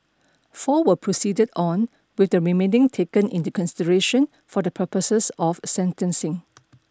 four were proceeded on with the remaining taken into consideration for the purposes of sentencing